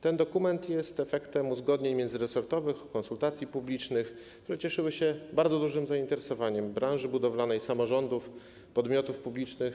Ten dokument jest efektem uzgodnień międzyresortowych, konsultacji publicznych, które cieszyły się bardzo dużym zainteresowaniem branży budowlanej, samorządów, podmiotów publicznych.